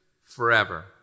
forever